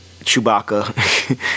Chewbacca